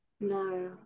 No